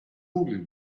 google